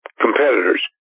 competitors